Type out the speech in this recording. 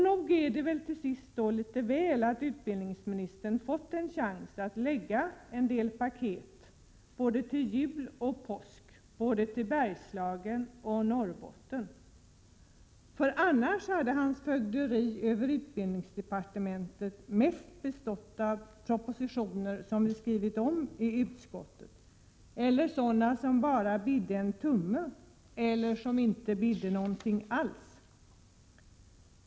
Nog är det till sist väl att utbildningsministern har fått en chans att lägga en del paket både till jul och till påsk — både till Bergslagen och till Norrbotten. Annars hade hans fögderi i utbildningsdepartementet mest bestått av propositioner som skrivits om i utskottet eller sådana som bara ”bidde” en tumme eller som inte ”bidde” någonting alls.